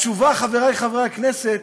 התשובה, חברי חברי הכנסת,